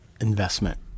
investment